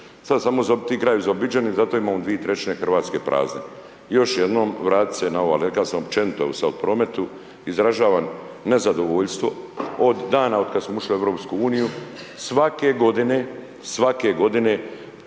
sad samo ti krajevi zaobiđeni, zato imamo dvije trećine Hrvatske prazne. Još jednom, vratit se na ovo, rekao sam općenito .../nerazumljivo/... prometu, izražavam nezadovoljstvo od dana od kad smo ušli u EU, svake godine je po